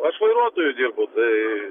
aš vairuotoju dirbu tai